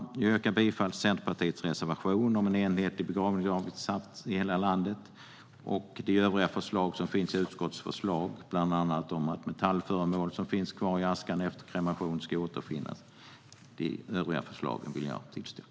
Jag yrkar bifall till Centerpartiets reservation om en enhetlig begravningsavgiftssats i hela landet. De övriga av utskottets förslag, bland annat om att metallföremål som finns kvar i askan efter kremation ska återvinnas, vill jag tillstyrka.